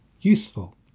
useful